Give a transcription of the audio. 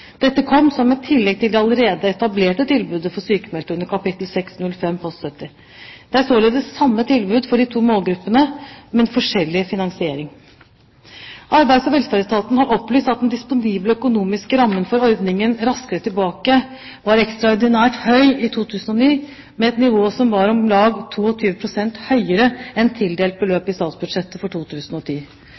Dette kom som et tillegg til det allerede etablerte tilbudet for sykmeldte under kap. 605 post 70. Det er således samme tilbud for de to målgruppene, men forskjellig finansiering. Arbeids- og velferdsetaten har opplyst at den disponible økonomiske rammen for ordningen Raskere tilbake var ekstraordinært høy i 2009, med et nivå som var om lag 22 pst. høyere enn tildelt beløp i statsbudsjettet for 2010.